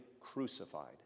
crucified